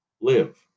Live